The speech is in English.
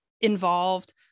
involved